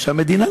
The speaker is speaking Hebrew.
המדינה,